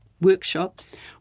workshops